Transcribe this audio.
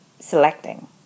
selecting